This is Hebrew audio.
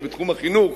או בתחום החינוך,